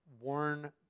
warn